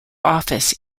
office